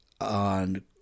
on